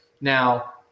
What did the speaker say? Now